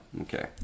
Okay